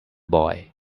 boy